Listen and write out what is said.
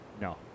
No